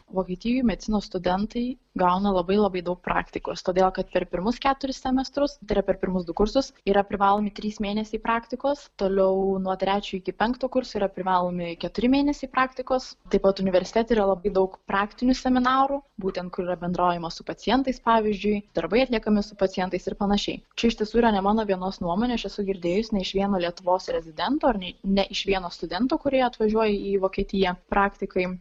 vokietijoj medicinos studentai gauna labai labai daug praktikos todėl kad per pirmus keturis semestrus tai yra per pirmus du kursus yra privalomi trys mėnesiai praktikos toliau nuo trečio iki penkto kurso yra privalomi keturi mėnesiai praktikos taip pat universitete yra labai daug praktinių seminarų būtent kur yra bendraujama su pacientais pavyzdžiui darbai atliekami su pacientais ir panašiai čia iš tiesų yra ne mano vienos nuomonė aš esu girdėjusi ne iš vieno lietuvos rezidento ar ne ne iš vieno studento kurie atvažiuoja į vokietiją praktikai